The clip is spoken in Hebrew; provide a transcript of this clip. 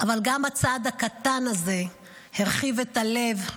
אבל גם הצעד הקטן הזה הרחיב את הלב,